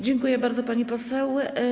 Dziękuję bardzo, pani poseł.